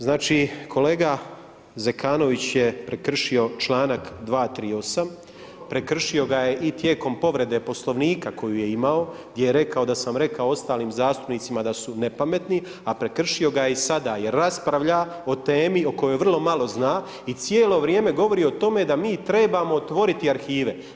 Znači kolega Zekanović je prekršio članak 238., prekršio ga je i tijekom povrede Poslovnika koju je imao gdje je rekao da sam rekao ostalim zastupnicima da su nepametni a prekršio ga je i sada jer raspravlja o temi o kojoj vrlo malo zna i cijelo vrijeme govori o tome da mi trebamo otvoriti arhive.